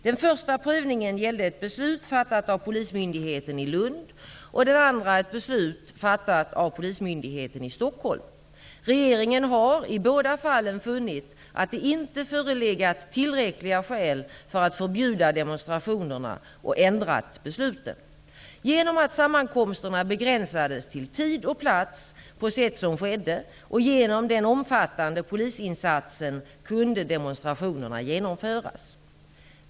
Den första prövningen gällde ett beslut fattat av polismyndigheten i Lund och den andra ett beslut fattat av polismyndigheten i Stockholm. Regeringen har i båda fallen funnit att det inte förelegat tillräckliga skäl för att förbjuda demonstrationerna och ändra besluten. Genom att sammankomsterna begränsades till tid och plats på sätt som skedde och genom den omfattande polisinsatsen kunde demonstrationerna genomföras.